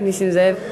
זאב, נסים זאב.